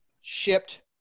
shipped